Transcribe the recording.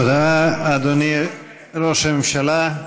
תודה, אדוני ראש הממשלה.